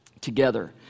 Together